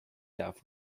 darf